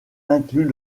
incluent